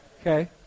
Okay